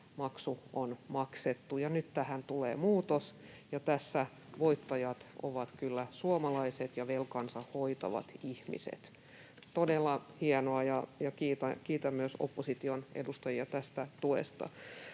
maksu on maksettu. Nyt tähän tulee muutos, ja tässä voittajia ovat kyllä suomalaiset ja velkansa hoitavat ihmiset. Todella hienoa, ja kiitän myös opposition edustajia tästä tuesta.